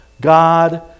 God